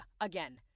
again